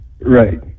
Right